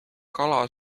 kala